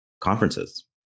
conferences